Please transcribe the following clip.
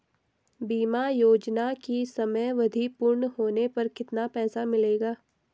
बीमा योजना की समयावधि पूर्ण होने पर कितना पैसा मिलेगा?